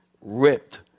ripped